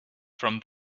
from